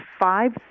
five